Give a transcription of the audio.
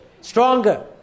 Stronger